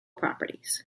properties